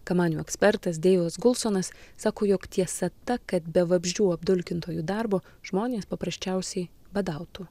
kamanių ekspertas deivas gulsonas sako jog tiesa ta kad be vabzdžių apdulkintojų darbo žmonės paprasčiausiai badautų